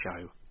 show